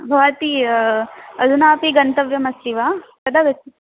भवती अधुनापि गन्तव्यमस्ति वा कदा गच्छ